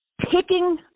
picking